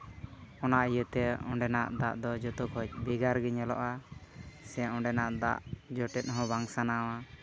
ᱚᱱᱟ ᱤᱭᱟᱹᱛᱮ ᱚᱸᱰᱮᱱᱟᱜ ᱫᱟᱜ ᱫᱚ ᱡᱚᱛᱚ ᱠᱷᱚᱡ ᱵᱷᱮᱜᱟᱨ ᱜᱮ ᱧᱮᱞᱚᱜᱼᱟ ᱥᱮ ᱚᱸᱰᱮᱱᱟᱜ ᱫᱟᱜ ᱡᱚᱴᱮᱫ ᱦᱚᱸ ᱵᱟᱝ ᱥᱟᱱᱟᱣᱟ